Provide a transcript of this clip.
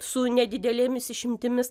su nedidelėmis išimtimis